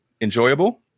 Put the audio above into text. enjoyable